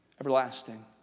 everlasting